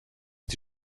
die